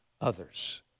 others